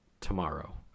tomorrow